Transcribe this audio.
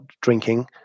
drinking